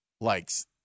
likes